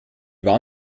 war